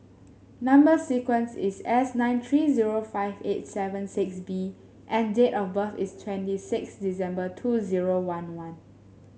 number sequence is S nine three zero five eight seven six B and date of birth is twenty six December two zero one one